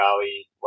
Valley